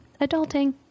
adulting